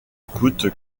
coûte